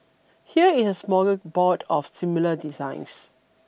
here's a smorgasbord of similar designs